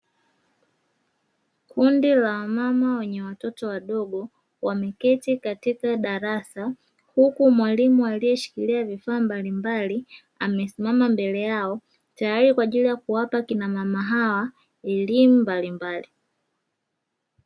Kundi la wamama wenye wototo wadogo wameketi katika darasa, huku mwalimu aliyeshikilia vifaa mbalimbali amesimama mbele yao tayari kwa ajili ya kuwapa wamama hawa elimu mbalimbali.